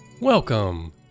Welcome